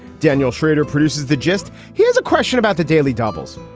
daniel schrader produces the gist. here's a question about the daily doubles.